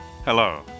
Hello